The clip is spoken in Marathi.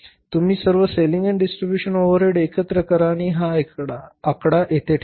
तुम्ही सर्व सेलिंग आणि डिस्ट्रीब्यूशन ओव्हरहेड एकत्र करा आणि हा आकडा येथे ठेवा